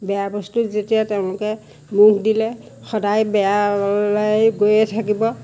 বেয়া বস্তুত যেতিয়া তেওঁলোকে মুখ দিলে সদায় বেয়ালৈয়ে গৈয়ে থাকিব